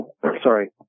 sorry